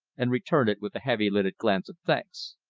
and returned it with a heavy-lidded glance of thanks.